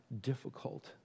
difficult